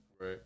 Right